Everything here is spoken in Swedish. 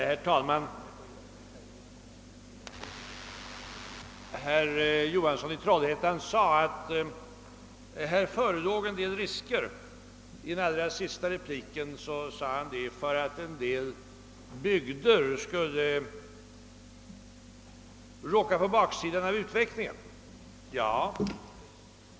Herr talman! Herr Johansson i Trollhättan sade i sin allra senaste replik att det förelåg vissa risker för att en del bygder skulle hamna på baksidan av utvecklingen.